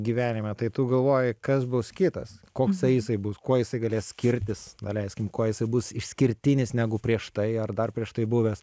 gyvenime tai tu galvoji kas bus kitas koksai jisai bus kuo jisai galės skirtis daleiskim kuo jisai bus išskirtinis negu prieš tai ar dar prieš tai buvęs